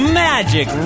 magic